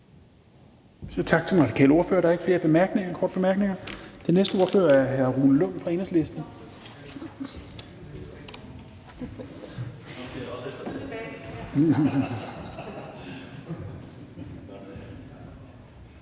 tak til den radikale ordfører. Der er ikke flere korte bemærkninger. Den næste ordfører er hr. Rune Lund fra Enhedslisten.